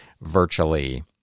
virtually